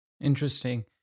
Interesting